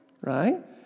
right